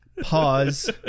Pause